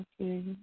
Okay